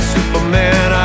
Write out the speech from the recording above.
Superman